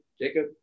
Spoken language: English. Jacob